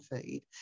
feed